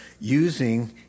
using